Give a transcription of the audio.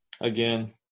again